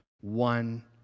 one